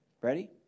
Ready